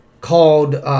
called